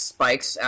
Spikes